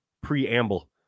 preamble